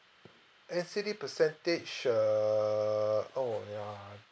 N_C_D percentage err oh ya ha